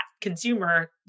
consumer